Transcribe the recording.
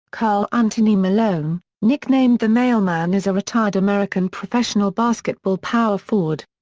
karl anthony malone, nicknamed the mailman is a retired american professional basketball power forward.